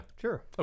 sure